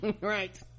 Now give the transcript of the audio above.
right